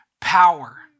power